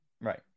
Right